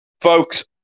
folks